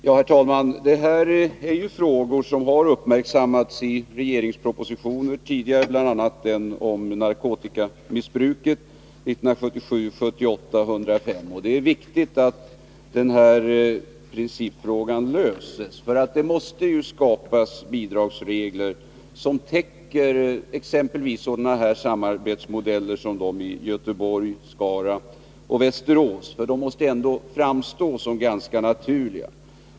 Herr talman! Det här är ju frågor som har uppmärksammats i regeringspropositioner tidigare, bl.a. den om narkotikamissbruket, 1977/78:105, och det är viktigt att principfrågan löses. Det måste skapas bidragsregler som täcker exempelvis sådana samarbetsmodeller som praktiserats i Göteborg, Skara och Västerås, för de måste ändå framstå som ganska naturliga.